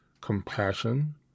compassion